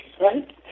right